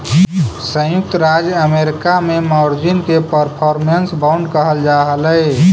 संयुक्त राज्य अमेरिका में मार्जिन के परफॉर्मेंस बांड कहल जा हलई